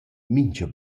mincha